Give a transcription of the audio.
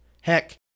Heck